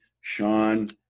Sean